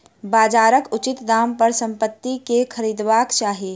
बजारक उचित दाम पर संपत्ति के खरीदबाक चाही